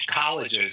colleges